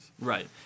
Right